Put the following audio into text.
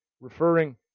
referring